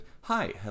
hi